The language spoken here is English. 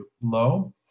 low